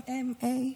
M.A,